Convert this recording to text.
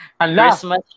Christmas